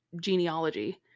genealogy